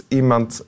iemand